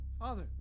Father